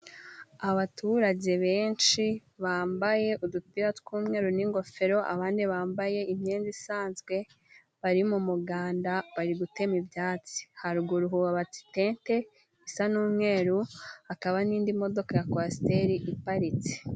Abaturage benshi bambaye udupira tw'umweru n'ingofero, abandi bambaye imyenda isanzwe bari mu muganda, bari gutema ibyatsi. Haruguru hubatse itente isa n'umweru, hakaba n'indi modoka ya kwasiteri iparitse.